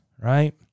right